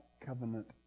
Covenant